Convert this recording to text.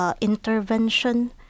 intervention